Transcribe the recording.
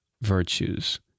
virtues